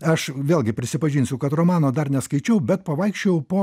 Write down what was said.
aš vėlgi prisipažinsiu kad romano dar neskaičiau bet pavaikščiojau po